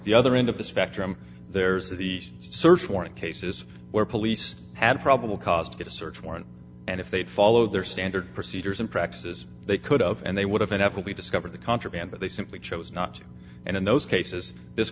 the other end of the spectrum there's the search warrant cases where police had probable cause to get a search warrant and if they'd follow their standard procedures and practices they could of and they would have enough and we discovered the contraband but they simply chose not to and in those cases this